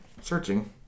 Searching